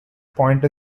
point